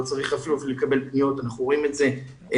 לא צרי אפילו לקבל פניות, אנחנו רואים את זה בשטח.